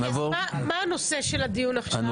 מה נושא הדיון עכשיו?